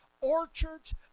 orchards